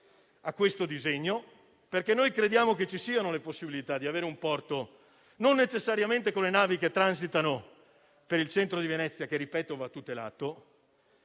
la nostra contrarietà. Noi crediamo infatti che ci siano le possibilità di avere un porto, non necessariamente con le navi che transitano per il centro di Venezia, che - ripeto - va tutelato.